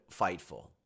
Fightful